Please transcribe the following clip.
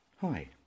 Hi